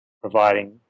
providing